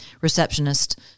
receptionist